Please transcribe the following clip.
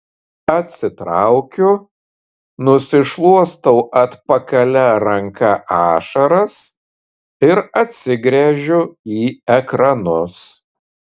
atsitraukiu nusišluostau atpakalia ranka ašaras ir atsigręžiu į ekranus